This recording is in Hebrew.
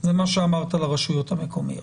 זה מה שאמרת על הרשויות המקומיות.